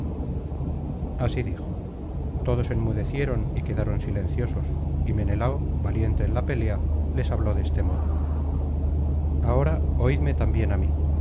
así dijo todos enmudecieron y quedaron silenciosos y menelao valiente en la pelea les habló de este modo ahora oídme también á mí